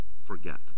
forget